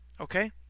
Okay